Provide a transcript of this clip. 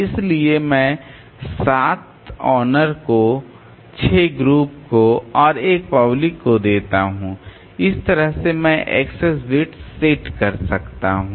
इसलिए मैं 7 ओनर को 6 ग्रुप को और 1 पब्लिक को देता हूं और इस तरह से मैं एक्सेस बिट्स सेट कर सकता हूं